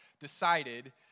decided